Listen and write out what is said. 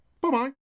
bye-bye